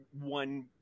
one